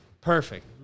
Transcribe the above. Perfect